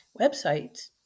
websites